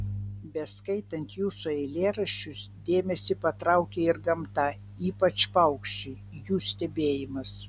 beskaitant jūsų eilėraščius dėmesį patraukia ir gamta ypač paukščiai jų stebėjimas